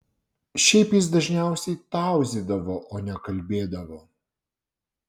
šiaip jis dažniausiai tauzydavo o ne kalbėdavo